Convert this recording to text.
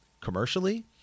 commercially